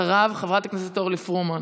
אחריו, חברת הכנסת אורלי פרומן.